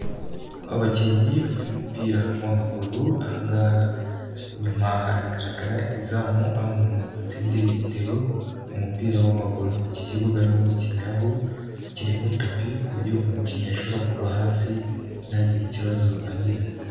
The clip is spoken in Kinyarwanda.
Abakinnyi bakina umupira w'amaguru ahangaha inyuma haragaragara izamu aho umuntu atsindira igitego mu mupira w'amaguru iki kibuga arimo gukiniraho kirimo tapi ku buryo umukinnyi ashobora kugwa hasi ntagire ikibazo agira.